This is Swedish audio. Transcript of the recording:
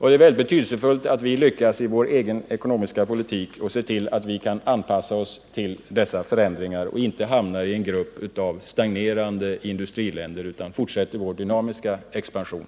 Det är betydelsefullt att vi lyckas i vår egen ekonomiska politik och ser till att vi kan anpassa oss till dessa förändringar och inte hamnar i en grupp av stagnerande industriländer utan i stället fortsätter vår dynamiska expansion.